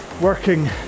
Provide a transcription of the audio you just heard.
working